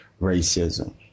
racism